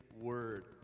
word